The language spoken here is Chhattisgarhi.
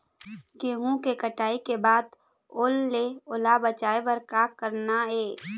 गेहूं के कटाई के बाद ओल ले ओला बचाए बर का करना ये?